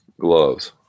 gloves